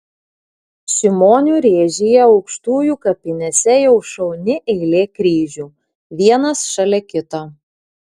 šimonių rėžyje aukštujų kapinėse jau šauni eilė kryžių vienas šalia kito